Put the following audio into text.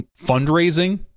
fundraising